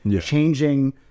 changing